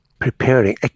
preparing